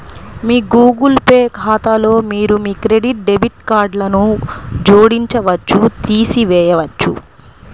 మీ Google Pay ఖాతాలో మీరు మీ క్రెడిట్, డెబిట్ కార్డ్లను జోడించవచ్చు, తీసివేయవచ్చు